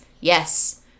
Yes